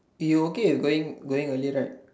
eh you okay with going going early right